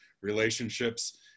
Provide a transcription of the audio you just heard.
relationships